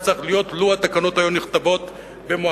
צריך להיות לו נכתבו התקנות במועדן,